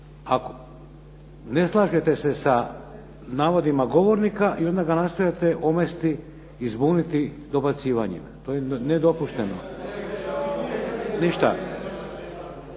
Ne slažete se sa navodima govornika i onda ga nastojite omesti i zbuniti dobacivanjima. To je nedopušteno. …